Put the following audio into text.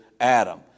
Adam